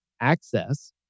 access